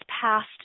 passed